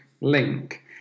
Link